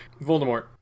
Voldemort